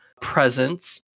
presence